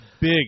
Big